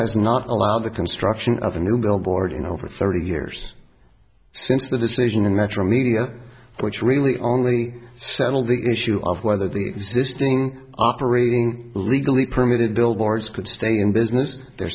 has not allowed the construction of a new billboard in over thirty years since the decision in metro media which really only settled the issue of whether the existing operating legally permitted billboards could stay in business they're